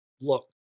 Look